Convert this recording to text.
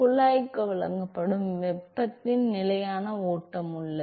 குழாய்க்கு வழங்கப்படும் வெப்பத்தின் நிலையான ஓட்டம் உள்ளது